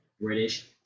British